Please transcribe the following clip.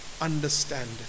understand